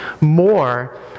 more